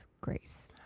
grace